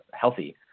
healthy